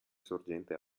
sorgente